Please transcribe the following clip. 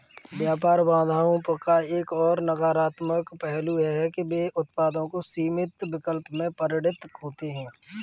व्यापार बाधाओं का एक और नकारात्मक पहलू यह है कि वे उत्पादों के सीमित विकल्प में परिणत होते है